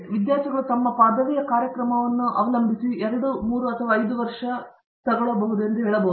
ವಿದ್ಯಾರ್ಥಿಗಳು ತಮ್ಮ ಪದವಿಯ ಕಾರ್ಯಕ್ರಮವನ್ನು ಅವಲಂಬಿಸಿ 2 ವರ್ಷ 3 ವರ್ಷ 5 ವರ್ಷಗಳು ಎಂದು ಹೇಳಬಹುದು